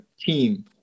team